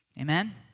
Amen